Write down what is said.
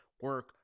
Work